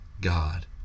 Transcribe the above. god